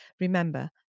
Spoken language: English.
Remember